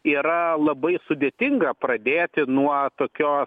yra labai sudėtinga pradėti nuo tokio